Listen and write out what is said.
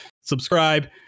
subscribe